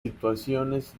situaciones